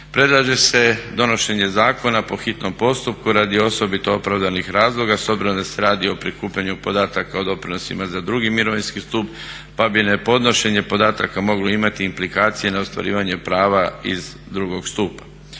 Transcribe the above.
Predlaže se donošenje zakona po hitnom postupku radi osobito opravdanih razloga, s obzirom da se radi o prikupljanju podataka o doprinosima za 2. mirovinski stup pa bi nepodnošenje podataka moglo imati implikacije na ostvarivanje prava iz 2. stupa.